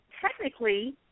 technically